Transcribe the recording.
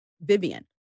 Vivian